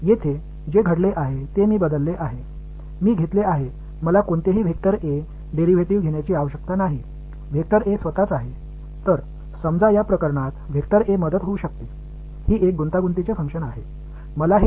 எனவே இங்குதான் boundary conditions பயன்படுத்தலாம் இது ஒரு வால்யூம் இன்டெக்ரால் ஆக உள்ளது இங்கே உங்களிடம் உள்ள மற்றொரு வசதியான விஷயம் இங்கே உங்களுக்கு மற்றொரு வசதியான விஷயம்